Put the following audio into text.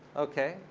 ok.